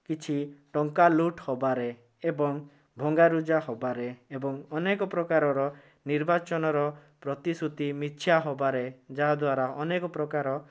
କିଛି ଟଙ୍କା ଲୁଟ୍ ହେବାରେ ଏବଂ ଭଙ୍ଗାରୁଜା ହେବାରେ ଏବଂ ଅନେକ ପ୍ରକାରର ନିର୍ବାଚନର ପ୍ରତିଶୃତି ମିଥ୍ୟା ହେବାରେ ଯାହାଦ୍ଵାରା ଅନେକ ପ୍ରକାର